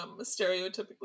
stereotypically